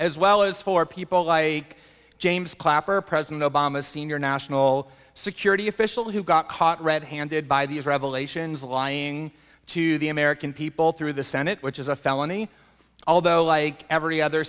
as well as for people like james clapper president obama's senior national security official who got caught red handed by these revelations of lying to the american people through the senate which is a felony although like every other